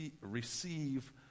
receive